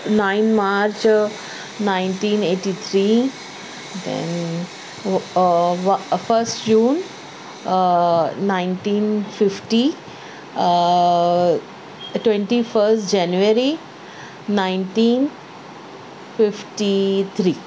nine March nineteen eighty three and first June nineteen fifty twenty first January nineteen fifty three